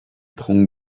prend